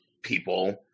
people